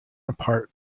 apart